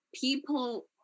people